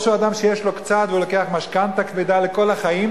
או שהוא אדם שיש לו קצת והוא לוקח משכנתה כבדה לכל החיים,